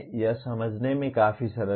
यह समझने में काफी सरल है